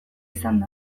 izan